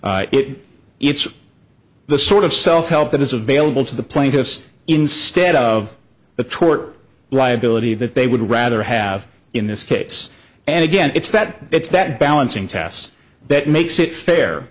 out it it's the sort of self help that is available to the plaintiffs instead of the tort liability that they would rather have in this case and again it's that it's that balancing test that makes it fair